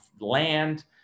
land